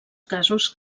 casos